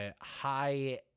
high